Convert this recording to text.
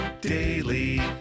daily